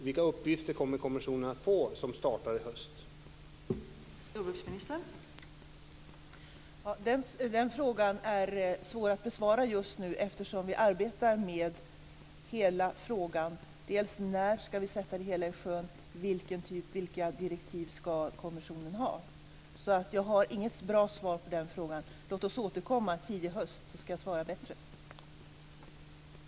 Vilka uppgifter kommer kommissionen som startar i höst att få?